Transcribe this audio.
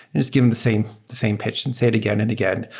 and just give them the same the same pitch and say it again and again.